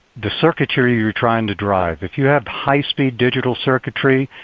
the circuitry you're trying to drive. if you have high speed digital circuitry,